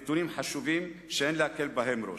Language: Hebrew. אלה נתונים חשובים שאין להקל בהם ראש.